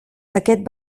aquest